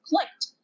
clicked